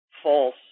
false